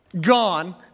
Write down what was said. gone